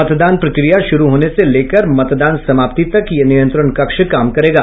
मतदान प्रक्रिया शुरू होने से लेकर मतदान समाप्ति तक यह नियंत्रण कक्ष काम करेगा